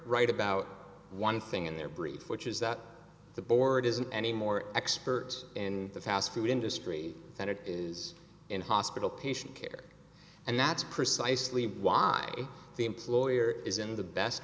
right about one thing in their brief which is that the board isn't any more expert in the fast food industry than it is in hospital patient care and that's precisely why the employer is in the best